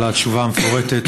על התשובה המפורטת,